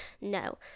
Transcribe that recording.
no